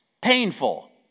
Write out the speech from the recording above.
painful